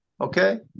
okay